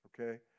Okay